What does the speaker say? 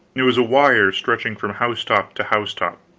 it was a wire stretching from housetop to housetop.